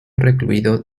recluido